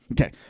Okay